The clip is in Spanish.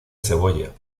cebolla